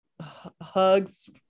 hugs